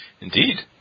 Indeed